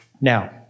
Now